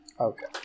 Okay